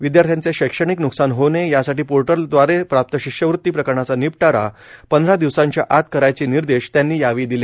विदयार्थ्यांचे शैक्षणिक नुकसान होऊ नये यासाठी पोर्टलवरदवारे प्राप्त शिष्यवृती प्रकरणाचा निपटारा पंधरा दिवसाच्या आत करण्याचे निर्देश त्यांनी दिले